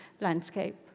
landscape